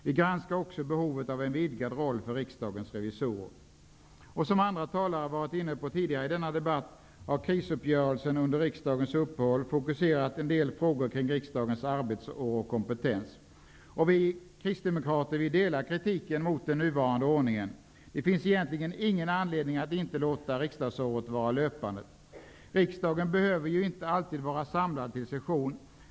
Vi granskar också behovet av en vidgad roll för riksdagens revisorer. Som andra talare varit inne på tidigare i denna debatt har krisuppgörelsen under riksdagens upphåll ställt en del frågor kring riksdagens arbetsår och kompetens i fokus. Vi kristdemokrater delar kritiken mot den nuvarande ordningen. Det finns egentligen ingen anledning att inte låta riksdagsåret vara löpande. Riksdagen behöver ju inte alltid vara samlad till session.